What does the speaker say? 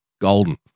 Golden